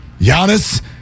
Giannis